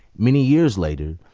many years later,